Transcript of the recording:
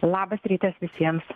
labas rytas visiems